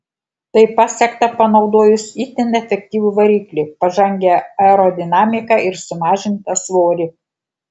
tai pasiekta panaudojus itin efektyvų variklį pažangią aerodinamiką ir sumažintą svorį